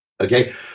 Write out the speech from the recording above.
Okay